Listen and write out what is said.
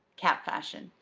cap fashion.